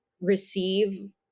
receive